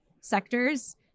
sectors